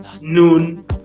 noon